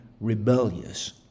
rebellious